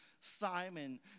Simon